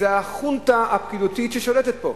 זה החונטה הפקידותית ששולטת פה.